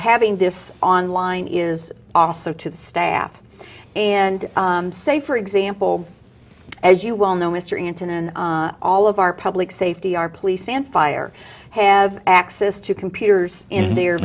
having this online is also to the staff and say for example as you well know mr arrington and all of our public safety our police and fire have access to computers in their